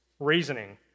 reasoning